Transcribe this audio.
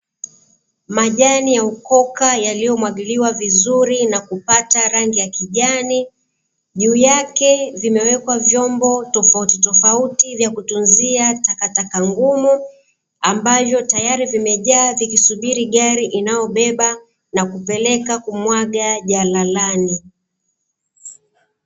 Majani ya Ukoka yaliyomwagiliwa vizuri na kupata rangi ya Kijani, juu yake vimewekwa vyombo tofauti tofauti vya kutunzia takataka ngumu, ambavyo tayari vimejaa vikisubiri gari inayobeba na kupeleka kumwaga jalalani.